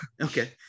Okay